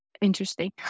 interesting